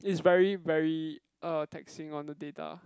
is very very uh taxing on the data